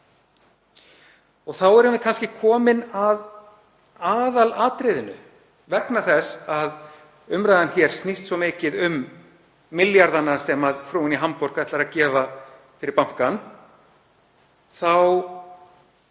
Þá erum við kannski komin að aðalatriðinu. Vegna þess að umræðan hér snýst svo mikið um milljarðana sem frúin í Hamborg ætlar að gefa fyrir bankann er